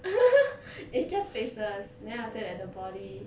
it's just faceless then after that the body